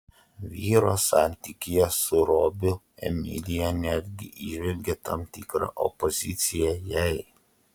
vyro santykyje su robiu emilija netgi įžvelgė tam tikrą opoziciją jai